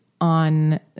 on